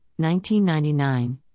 1999